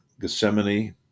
Gethsemane